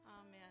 Amen